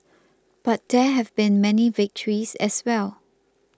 but there have been many victories as well